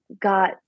got